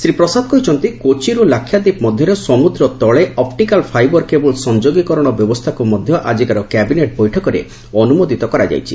ଶ୍ରୀ ପ୍ରସାଦ କହିଛନ୍ତି କୋଚିରୁ ଲାକ୍ଷାଦ୍ୱୀପ ମଧ୍ୟରେ ସମୁଦ୍ର ତଳେ ଅପ୍ରିକାଲ୍ ଫାଇଭର କେବୁଲ୍ ସଂଯୋଗୀକରଣ ବ୍ୟବସ୍ଥାକୁ ମଧ୍ୟ ଆକ୍ଟିକାର କ୍ୟାବିନେଟ୍ ବୈଠକରେ ଅନୁମୋଦିତ କରାଯାଇଛି